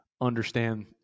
understand